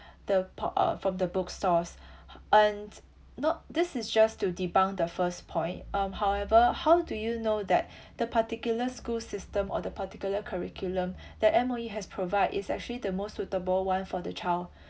the pop~ from the bookstores and not this is just to debunk the first point um however how do you know that the particular school system or the particular curriculum that M_O_E has provide is actually the most suitable one for the child